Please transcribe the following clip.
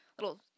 little